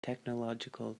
technological